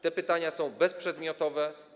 Te pytania są bezprzedmiotowe.